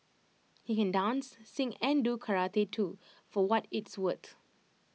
he can dance sing and do karate too for what it's worth